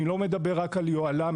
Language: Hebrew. אני לא מדבר רק על יוהל"מיות,